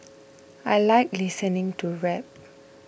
I like listening to rap